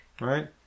right